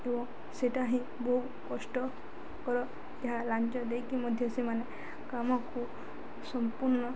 ଏବଂ ସେଟା ହିଁ ବହୁ କଷ୍ଟକର ଯାହା ଲାଞ୍ଚ ଦେଇକି ମଧ୍ୟ ସେମାନେ କାମକୁ ସମ୍ପୂର୍ଣ୍ଣ